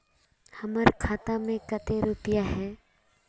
हमर खाता में केते रुपया है?